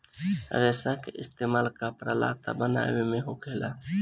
रेसा के इस्तेमाल कपड़ा लत्ता बनाये मे होखेला